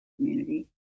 community